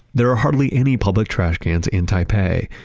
there are hardly any public trash cans in taipei.